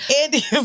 Andy